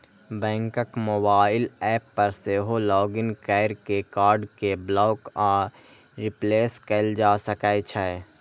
बैंकक mobile app पर सेहो लॉग इन कैर के कार्ड कें ब्लॉक आ रिप्लेस कैल जा सकै छै